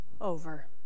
over